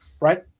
right